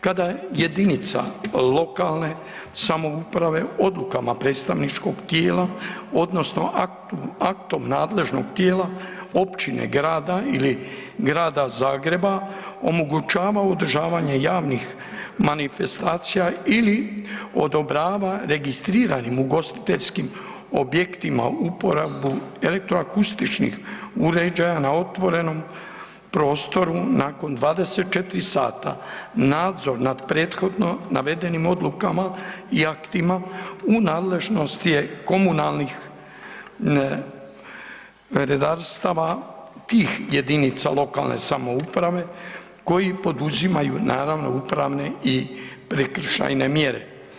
Kada jedinica lokalne samouprave odlukama predstavničkog tijela odnosno aktom nadležnog tijela općine, grada ili Grada Zagreba omogućava održavanje javnih manifestacija ili odobrava registriranim obiteljskim objektima uporabu elektroakustičkih uređaja na otvorenom prostoru nakon 24 sata, nadzor nad prethodno navedenim odlukama i aktima u nadležnosti je komunalnih redarstava tih jedinica lokalne samouprave koji poduzimaju naravno upravne i prekršajne mjere.